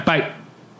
Bye